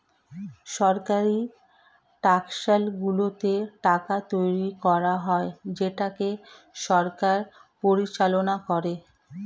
সরকারি টাকশালগুলোতে টাকা তৈরী করা হয় যেটাকে সরকার পরিচালনা করে